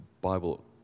Bible